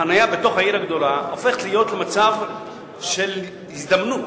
החנייה בתוך העיר הגדולה הופכת למצב של הזדמנות